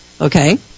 Okay